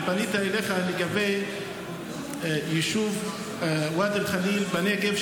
ופניתי אליך לגבי יישוב ואדי אל-ח'ליל בנגב,